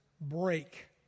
break